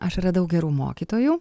aš radau gerų mokytojų